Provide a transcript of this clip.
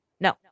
No